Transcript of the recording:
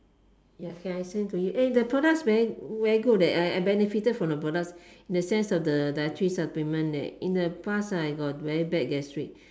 ya can I send to you eh the products very very good leh I I benefited from the products in the sense of the dietary supplements right in the past I got very bad gastric